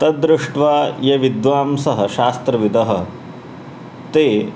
तद्दृष्ट्वा ये विद्वांसः शास्त्रविदः ते